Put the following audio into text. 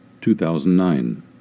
2009